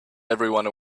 everyone